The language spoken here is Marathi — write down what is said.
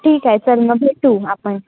ठीक आहे चल मग भेटू आपण